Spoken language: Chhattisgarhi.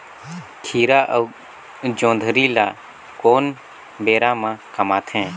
खीरा अउ जोंदरी ल कोन बेरा म कमाथे?